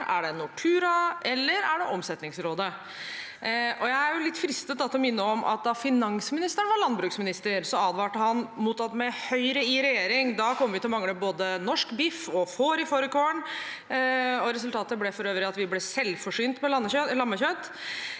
Er det Nortura? Eller er det Omsetningsrådet? Jeg er litt fristet til å minne om at da finansministeren var landbruksminister, advarte han mot at vi med Høyre i regjering kom til å mangle både norsk biff og får til fårikålen. Resultatet ble for øvrig at vi ble selvforsynt med lammekjøtt.